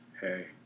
Hey